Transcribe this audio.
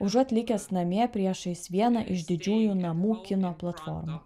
užuot likęs namie priešais vieną iš didžiųjų namų kino platformų